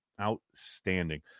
Outstanding